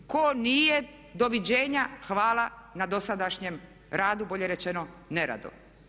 Tko nije, doviđenja, hvala na dosadašnjem radu bolje rečeno neradu.